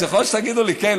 אז יכול להיות שתגידו לי: כן,